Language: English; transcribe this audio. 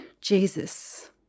Jesus